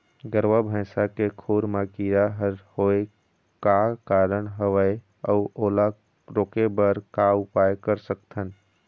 गरवा भैंसा के खुर मा कीरा हर होय का कारण हवए अऊ ओला रोके बर का उपाय कर सकथन?